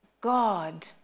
God